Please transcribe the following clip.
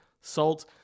Salt